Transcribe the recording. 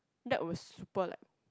that was super like